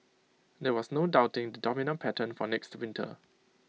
there was no doubting the dominant pattern for next winter